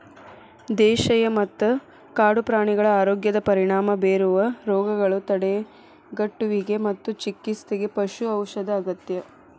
ದೇಶೇಯ ಮತ್ತ ಕಾಡು ಪ್ರಾಣಿಗಳ ಆರೋಗ್ಯದ ಪರಿಣಾಮ ಬೇರುವ ರೋಗಗಳ ತಡೆಗಟ್ಟುವಿಗೆ ಮತ್ತು ಚಿಕಿತ್ಸೆಗೆ ಪಶು ಔಷಧ ಅಗತ್ಯ